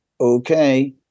okay